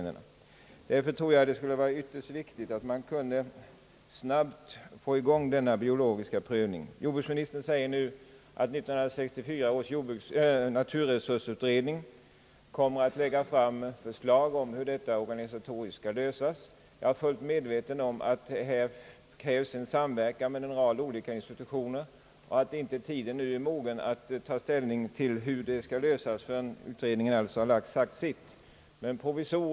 Därför tror jag det är ytterst viktigt att snabbt få i gång denna biologiska prövning på bred bas. Jordbruksministern säger också att 1964 års naturresursutredning kommer att lägga fram ett förslag om hur detta organisatoriskt skall lösas. Jag är fullt medveten om att det här krävs samverkan med en rad olika institutioner och att tiden inte nu är mogen för att ta ställning till hur de organisatoriska problemen skall lösas, då utredningen ännu inte sagt sitt.